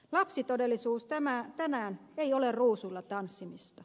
lapsitodellisuus tänään ei ole ruusuilla tanssimista